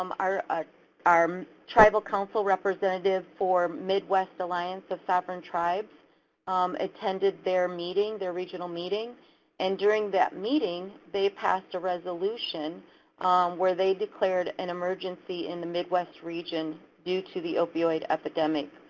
um our ah our um tribal council representative for midwest alliance of sovereign tribes attended their meeting, their regional meeting and during that meeting, they passed a resolution where they declared an emergency in the midwest region due to the opioid epidemic.